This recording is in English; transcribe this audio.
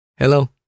Hello